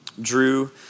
Drew